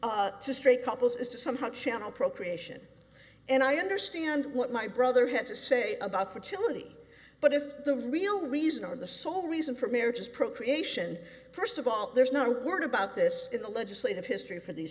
marriage to straight couples is to somehow channel procreation and i understand what my brother had to say about fertility but if the real reason or the sole reason for marriage is procreation first of all there's not a word about this in the legislative history for these